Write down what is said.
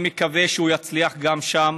אני מקווה שהוא יצליח גם שם,